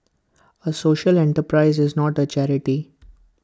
A social enterprise is not A charity